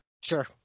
Sure